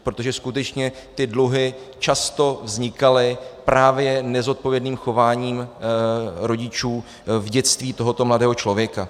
Protože skutečně ty dluhy často vznikaly právě nezodpovědným chováním rodičů v dětství tohoto mladého člověka.